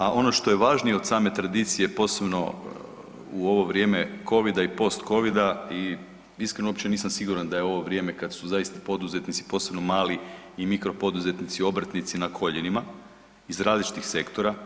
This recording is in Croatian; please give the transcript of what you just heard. A ono što je važnije od same tradicije posebno u ovo vrijeme covida i post covida i iskreno uopće nisam siguran da je ovo vrijeme kad su zaista poduzetnici posebno mali i mikro poduzetnici, obrtnici na koljenima iz različitih sektora.